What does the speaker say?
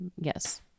Yes